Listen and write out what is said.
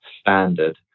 standard